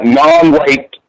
non-white